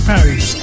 Paris